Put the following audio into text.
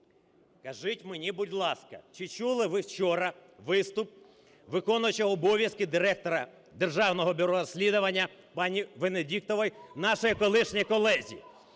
Скажіть мені, будь ласка, чи чули ви вчора виступ виконуючого обов'язки Директора Державного бюро розслідувань пані Венедіктової, нашої колишньої колеги?